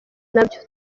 nabyo